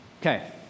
Okay